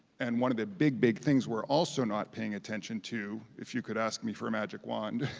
and one of the big, big things we're also not paying attention to, if you could ask me for a magic wand,